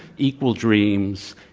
equal dreams,